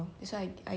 mmhmm